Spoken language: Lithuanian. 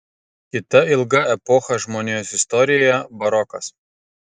kita ilga epocha žmonijos istorijoje barokas